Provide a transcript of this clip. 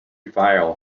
file